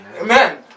Amen